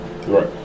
right